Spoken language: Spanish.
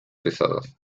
pesadas